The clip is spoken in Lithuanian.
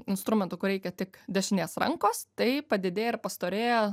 instrumentu kur reikia tik dešinės rankos tai padidėja ir pastorėja